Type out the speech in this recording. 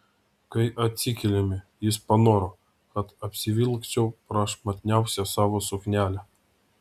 kai atsikėlėme jis panoro kad apsivilkčiau prašmatniausią savo suknelę